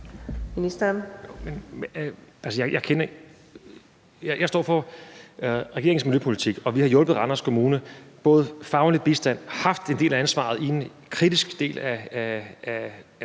Jeg står for regeringens miljøpolitik, og vi har hjulpet Randers Kommune både med faglig bistand, har haft en del af ansvaret i en kritisk del af